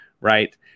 right